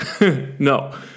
No